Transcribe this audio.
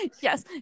Yes